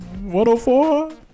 104